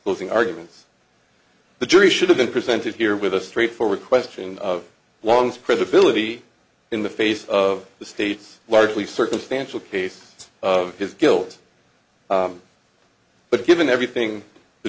closing arguments the jury should have been presented here with a straightforward question of one's credibility in the face of the state's largely circumstantial case of his guilt but given everything the